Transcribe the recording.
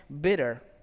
bitter